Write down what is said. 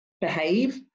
behave